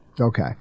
Okay